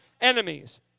enemies